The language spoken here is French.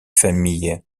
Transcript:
familles